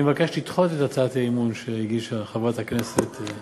אני מבקש לדחות את הצעת האי-אמון שהגישה חברת הכנסת.